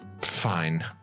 Fine